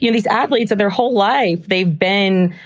you know these athletes are their whole life. they've been,